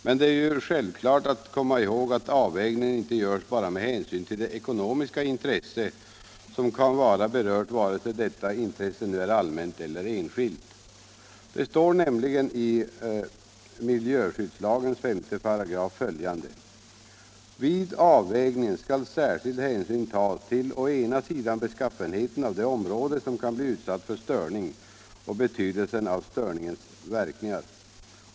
Men självfallet skall man komma ihåg att avvägningen inte görs bara med hänsyn till det ekonomiska intresse som kan vara berört, vare sig detta intresse nu är allmänt eller enskilt. Det står nämligen i miljöskyddslagen 5 § att vid avvägningen skall särskild hänsyn tas till å ena sidan beskaffenheten av det område som kan bli utsatt för störning och betydelsen av störningens verkningar.